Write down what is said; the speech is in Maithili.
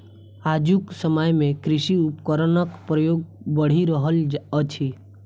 आजुक समय मे कृषि उपकरणक प्रयोग बढ़ि रहल अछि